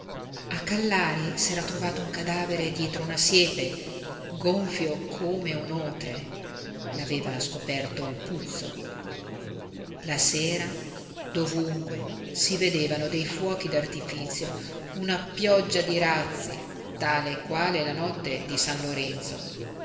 sospettosi a callari s'era trovato un cadavere dietro una siepe gonfio come un otre l'aveva scoperto il puzzo la sera dovunque si vedevano dei fuochi d'artifizio una pioggia di razzi tale e quale la notte di san lorenzo